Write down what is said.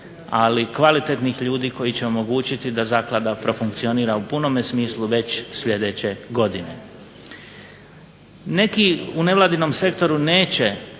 ali kvalitetnih ljudi koji će omogućiti da zaklada profunkcionira u punom smislu već sljedeće godine. Neki u nevladinom sektoru s